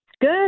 Good